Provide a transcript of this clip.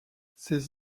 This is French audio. ces